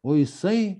o jisai